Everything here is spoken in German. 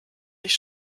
sich